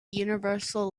universal